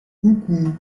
coucou